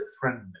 friendly